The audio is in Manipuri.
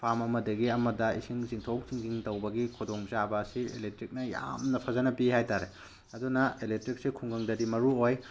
ꯐꯥꯔꯝ ꯑꯃꯗꯒꯤ ꯑꯃꯗ ꯏꯁꯤꯡ ꯆꯤꯡꯊꯣꯛ ꯆꯤꯡꯁꯤꯟ ꯇꯧꯕꯒꯤ ꯈꯨꯗꯣꯡ ꯆꯥꯕ ꯑꯁꯤ ꯏꯂꯦꯛꯇ꯭ꯔꯤꯛꯅ ꯌꯥꯝꯅ ꯐꯖꯅ ꯄꯤ ꯍꯥꯏ ꯇꯥꯔꯦ ꯑꯗꯨꯅ ꯏꯂꯦꯛꯇ꯭ꯔꯤꯛꯁꯤ ꯈꯨꯡꯒꯪꯗꯗꯤ ꯃꯔꯨ ꯑꯣꯏ